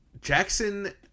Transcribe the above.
Jackson